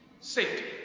Safety